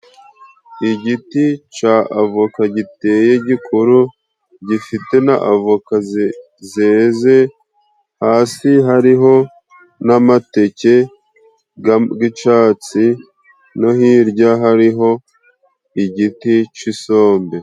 Igiti ca avoka giteye, gikuru gifite na avoka zeze, hasi hariho n'amateke g'icatsi no hirya hariho igiti c'isombe.